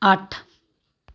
ਅੱਠ